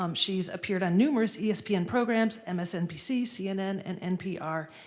um she's appeared on numerous espn programs, msnbc, cnn, and npr.